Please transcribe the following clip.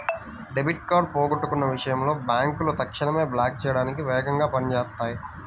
debit card పోగొట్టుకున్న విషయంలో బ్యేంకులు తక్షణమే బ్లాక్ చేయడానికి వేగంగా పని చేత్తాయి